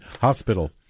hospital